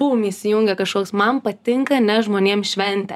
pum įsijungia kažkoks man patinka nešt žmonėm šventę